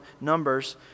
Numbers